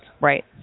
Right